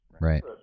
Right